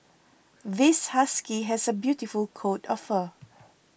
this husky has a beautiful coat of fur